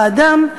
האדם,